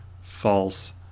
false